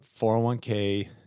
401k